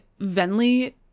Venli